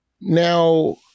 Now